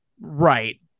Right